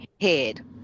head